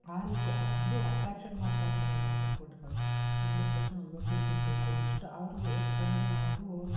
ಆ ರೀತಿ ಅದು ಅಟ್ರ್ಯಾಕ್ಷನ್ ಮಾಡ್ತಾಯಿರ್ತವೆ ಹೋಟೆಲ್ ಫುಡ್ಗಳು ನೋಡಿದ ತಕ್ಷಣ ಅಯ್ಯೋ ತಿಂದ್ಬಿಡ್ಬೇಕು ಎಷ್ಟು ಅವ್ರಿಗೆ ಕಣ್ಣು ಅದು